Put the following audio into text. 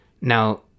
now